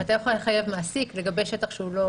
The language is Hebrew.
אבל אתה לא יכול לחייב מעסיק לגבי שטח שלא בשליטתו.